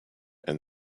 and